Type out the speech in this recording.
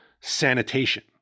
sanitation